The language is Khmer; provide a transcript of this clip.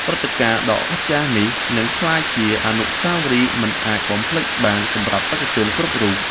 ព្រឹត្តិការណ៍ដ៏អស្ចារ្យនេះនឹងក្លាយជាអនុស្សាវរីយ៍មិនអាចបំភ្លេចបានសម្រាប់បេក្ខជនគ្រប់រូប។